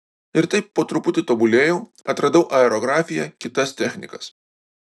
ir taip po truputį tobulėjau atradau aerografiją kitas technikas